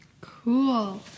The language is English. Cool